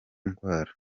ndwara